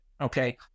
okay